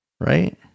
Right